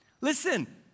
listen